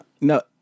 no